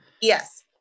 Yes